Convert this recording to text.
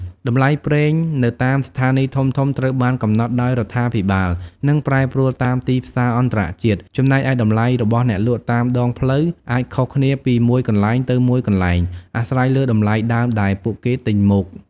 តម្លៃប្រេងនៅតាមស្ថានីយ៍ធំៗត្រូវបានកំណត់ដោយរដ្ឋាភិបាលនិងប្រែប្រួលតាមទីផ្សារអន្តរជាតិ ចំណែកឯតម្លៃរបស់អ្នកលក់តាមដងផ្លូវអាចខុសគ្នាពីមួយកន្លែងទៅមួយកន្លែង អាស្រ័យលើតម្លៃដើមដែលពួកគេទិញមក។